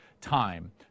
time